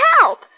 help